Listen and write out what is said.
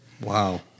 wow